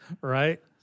right